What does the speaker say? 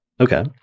Okay